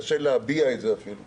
קשה להביע את זה אפילו.